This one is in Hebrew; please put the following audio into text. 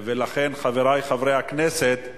ולכן, חברי חברי הכנסת,